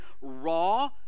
raw